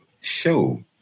show